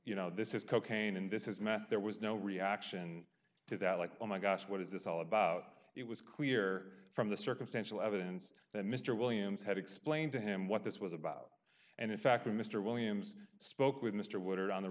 you know this is cocaine and this is math there was no reaction to that like oh my gosh what is this all about it was clear from the circumstantial evidence that mr williams had explained to him what this was about and in fact mr williams spoke with m